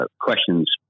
questions